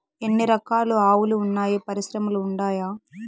ఎన్ని రకాలు ఆవులు వున్నాయి పరిశ్రమలు ఉండాయా?